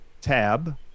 tab